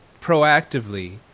proactively